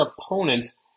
opponents